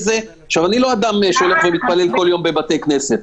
אני לא אדם שהולך להתפלל כל יום בבית כנסת,